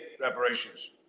reparations